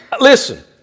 Listen